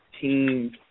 teams